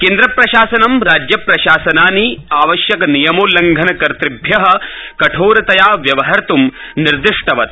केन्द्र प्रशासनं राज्यप्रशासनानि आवश्यकनियमोलंघनकर्तृभ्य कठोरतया व्यवहर्त् निर्दिष्टयत्